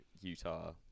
Utah